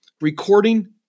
recording